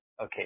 okay